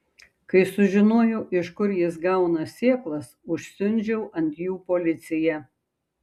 kai sužinojau iš kur jis gauna sėklas užsiundžiau ant jų policiją